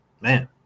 man